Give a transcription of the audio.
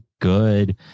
good